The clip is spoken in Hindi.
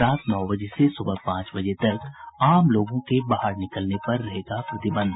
रात नौ बजे से सुबह पांच बजे तक आम लोगों के बाहर निकलने पर रहेगा प्रतिबंध